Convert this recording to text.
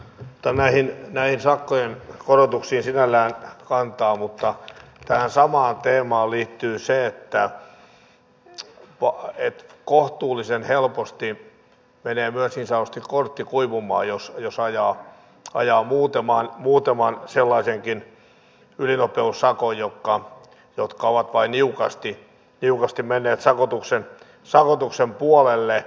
en ota näihin sakkojen korotuksiin sinällään kantaa mutta tähän samaan teemaan liittyy se että kohtuullisen helposti menee myös niin sanotusti kortti kuivumaan jos ajaa muutamankin sellaisen ylinopeussakon jotka ovat vain niukasti menneet sakotuksen puolelle